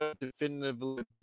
definitively